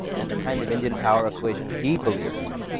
and the kind of indian power equation he believes in,